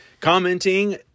commenting